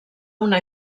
una